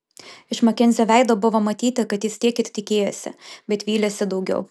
iš makenzio veido buvo matyti kad jis tiek ir tikėjosi bet vylėsi daugiau